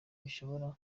bishobora